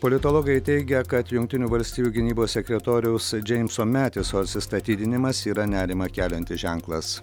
politologai teigia kad jungtinių valstijų gynybos sekretoriaus džeimso metiso atsistatydinimas yra nerimą keliantis ženklas